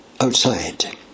outside